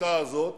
ההחלטה הזאת